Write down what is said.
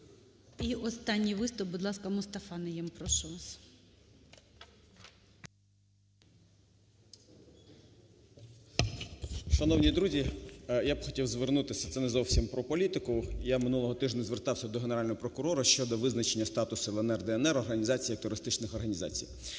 І останній виступ. Будь ласка, МустафаНайєм. Прошу вас. 12:19:43 НАЙЄМ М. . Шановні друзі, я б хотів звернутися, це не зовсім про політику. Я минулого тижня звертався до Генерального прокурора щодо визначення статусу "ЛНД", "ДНР" організацій, як терористичних організацій.